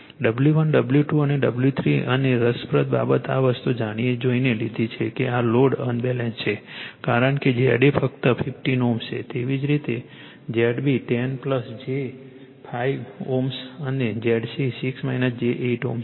W1 W2 અને W3 અને રસપ્રદ બાબત આ વસ્તુ જાણી જોઈને લીધેલ છે કે આ લોડ અનબેલેન્સ છે કારણ કે ZA ફક્ત 15 Ω છે તેવી જ રીતે ZB 10 j 5 Ω અને ZC 6 j 8 Ω છે